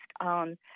on